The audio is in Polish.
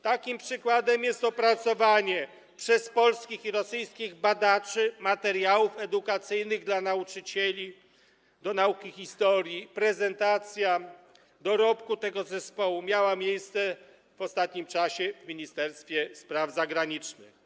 Takim przykładem jest opracowanie przez polskich i rosyjskich badaczy materiałów edukacyjnych dla nauczycieli do nauki historii, prezentacja dorobku tego zespołu miała miejsce w ostatnim czasie w Ministerstwie Spraw Zagranicznych.